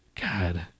God